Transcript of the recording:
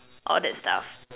all that stuff